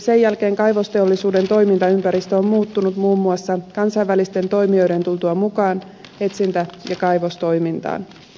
sen jälkeen kaivosteollisuuden toimintaympäristö on muuttunut muun muassa kansainvälisten toimijoiden tultua mukaan etsintä ja kaivostoimintaan